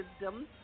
wisdom